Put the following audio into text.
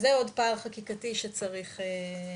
אז זה עוד פער חקיקתי שצריך להסדיר.